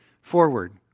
forward